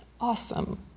awesome